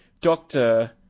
doctor